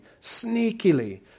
sneakily